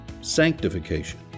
sanctification